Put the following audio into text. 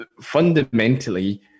fundamentally